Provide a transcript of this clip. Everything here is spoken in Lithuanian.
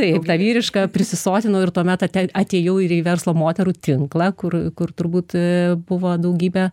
taip tą vyrišką prisisotinau ir tuomet ate atėjau ir į verslo moterų tinklą kur kur turbūt ee buvo daugybė